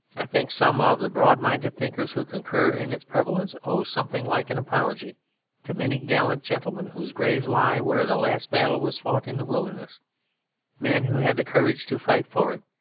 i think some of the broad-minded thinkers who concur in its prevalence owe something like an apology to many gallant gentlemen whose graves lie where the last battle was fought in the wilderness men who had the courage to fight for it,